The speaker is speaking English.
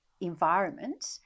environment